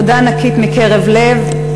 תודה ענקית מקרב לב,